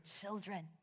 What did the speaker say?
children